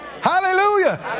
Hallelujah